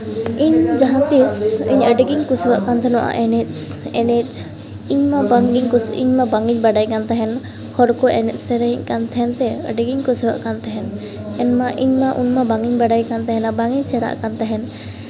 ᱤᱧ ᱡᱟᱦᱟᱸ ᱛᱤᱥ ᱤᱧ ᱟᱹᱰᱤᱜᱤᱧ ᱠᱩᱥᱤᱭᱟᱜ ᱠᱟᱱ ᱛᱟᱦᱮᱱᱟ ᱮᱱᱮᱡ ᱮᱱᱮᱡ ᱤᱧᱢᱟ ᱵᱟᱝᱜᱤᱧ ᱠᱩᱥᱤᱜ ᱤᱧᱢᱟ ᱵᱟᱝᱜᱤᱧ ᱵᱟᱰᱟᱭ ᱠᱟᱱ ᱛᱟᱦᱮᱱᱟ ᱦᱚᱲᱠᱚ ᱮᱱᱮᱡ ᱥᱮᱨᱮᱧᱮᱫ ᱠᱟᱱ ᱛᱟᱦᱮᱱᱛᱮ ᱟᱹᱰᱤᱜᱤᱧ ᱠᱩᱥᱤᱭᱟᱜ ᱠᱟᱱ ᱛᱟᱦᱮᱱ ᱤᱧᱢᱟ ᱩᱱᱢᱟ ᱵᱟᱝ ᱤᱧ ᱵᱟᱲᱟᱭ ᱠᱟᱱ ᱛᱟᱦᱮᱱᱟ ᱵᱟᱝ ᱤᱧ ᱥᱮᱲᱟᱜ ᱠᱟᱱ ᱛᱟᱦᱮᱱᱟ